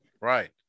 Right